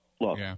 Look